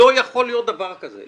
לא יכול להיות דבר כזה.